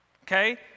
okay